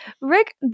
Rick